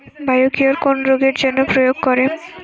Biocure কোন রোগেরজন্য প্রয়োগ করে?